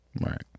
Right